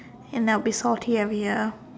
and I'll be salty every year